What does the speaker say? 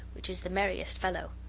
which is the merriest fellow!